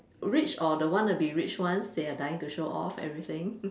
rich or wannabe rich ones they are dying to show off everything